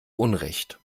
unrecht